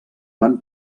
van